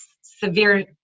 severe